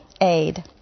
aid